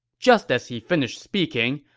just as he finished speaking,